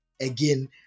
again